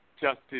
justice